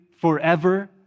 forever